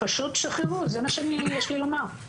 פשוט שחררו, זה מה שיש לי לומר.